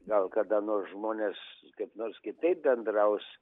gal kada nors žmonės kaip nors kitaip bendraus